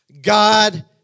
God